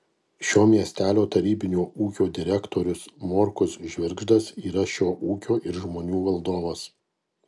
šio miestelio tarybinio ūkio direktorius morkus žvirgždas yra šio ūkio ir žmonių valdovas